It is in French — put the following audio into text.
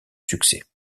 succès